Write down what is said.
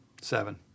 seven